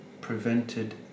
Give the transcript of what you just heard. prevented